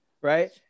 right